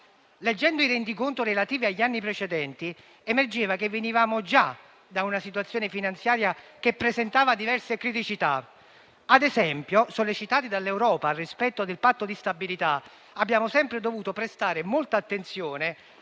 Leggendo il rendiconto relativo agli anni precedenti, emergeva che venivamo già da una situazione finanziaria che presentava diverse criticità. Ad esempio, sollecitati dall'Europa al rispetto del Patto di stabilità abbiamo sempre dovuto prestare molta attenzione